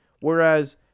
Whereas